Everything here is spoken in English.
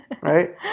Right